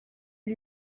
lui